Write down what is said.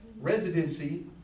residency